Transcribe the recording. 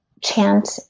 chant